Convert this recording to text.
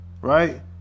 right